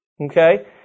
Okay